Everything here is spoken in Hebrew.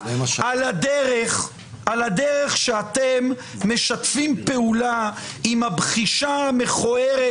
על הדרך שאתם משתפים פעולה עם הבחישה המכוערת